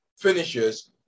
finishes